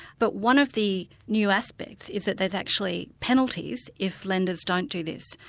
but one of the new aspects is that there's actually penalties if lenders don't do this,